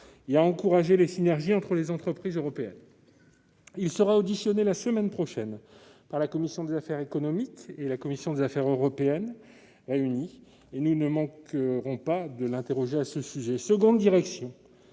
ainsi encouragé les entreprises européennes à développer des synergies. Il sera auditionné la semaine prochaine par la commission des affaires économiques et la commission des affaires européennes réunies, et nous ne manquerons pas de l'interroger à ce sujet. Seconde direction